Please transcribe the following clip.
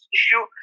issue